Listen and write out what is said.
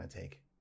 take